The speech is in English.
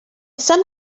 some